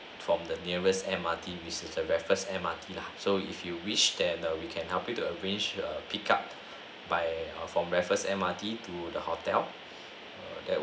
from the nearest M_R_T which is the raffles M_R_T lah so if you wish there that we can help you to arrange err pickup by err from raffles M_R_T to the hotel